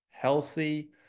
healthy